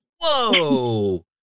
Whoa